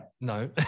No